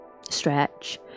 stretch